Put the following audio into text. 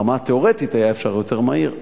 ברמה התיאורטית היה אפשר יותר מהר,